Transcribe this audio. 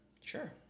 Sure